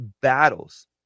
battles